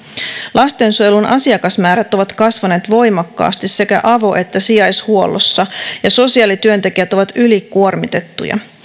lastensuojelun asiakasmäärät ovat kasvaneet voimakkaasti sekä avo että sijaishuollossa ja sosiaalityöntekijät ovat ylikuormitettuja